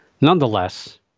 nonetheless